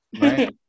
right